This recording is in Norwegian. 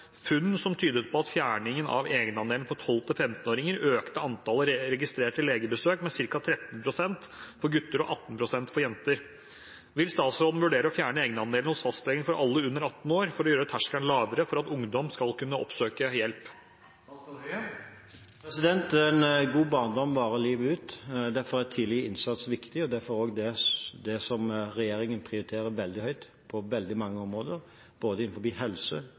funn som tydet på at fjerningen av egenandelen for 12–15-åringer økte antallet registrerte legebesøk med ca. 13 pst. for gutter og 18 pst. for jenter. Vil statsråden vurdere å fjerne egenandelen hos fastlegen for alle under 18 år, for å gjøre terskelen lavere for at ungdom skal kunne oppsøke hjelp?» En god barndom varer livet ut. Derfor er tidlig innsats viktig og derfor også det som regjeringen prioriterer veldig høyt på veldig mange områder, både innenfor helse,